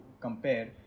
compare